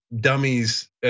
dummies